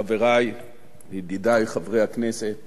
חברי וידידי חברי הכנסת